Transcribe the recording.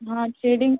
हाँ थ्रेडिंग